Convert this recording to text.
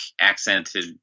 accented